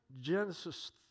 Genesis